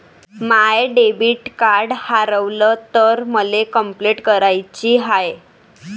माय debit card हारवल तर मले कंपलेंट कराची हाय